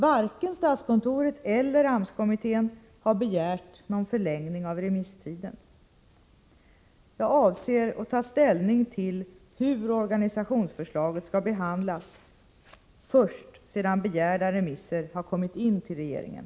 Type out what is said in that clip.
Varken statskontoret eller AMS-kommittén har begärt någon förlängning av remisstiden. Jag avser att ta ställning till hur organisationsförslaget skall behandlas först sedan begärda remisser kommit in till regeringen.